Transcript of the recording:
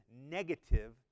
negative